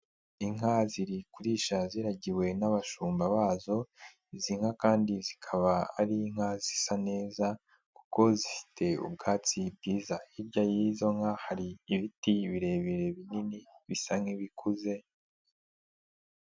Inka ziri kurisha ziragiwe n'abashumba bazo, izi nka kandi zikaba ari inka zisa neza kuko zifite ubwatsi bwiza, hirya y'izo nka hari ibiti birebire binini bisa nk'ibikuze.